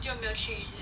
就没有去 is it